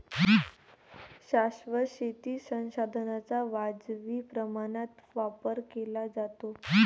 शाश्वत शेतीत संसाधनांचा वाजवी प्रमाणात वापर केला जातो